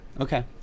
okay